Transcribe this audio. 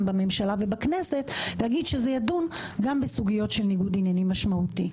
בממשלה ובכנסת ולהגיד שזה ידון גם בסוגיות של ניגוד עניינים משמעותי.